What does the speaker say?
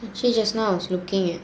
okay just now I was looking at